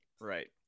Right